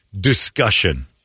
discussion